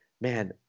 man